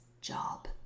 job